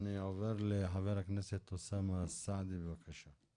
אני עובר לחבר הכנסת אוסאמה סעדי, בבקשה.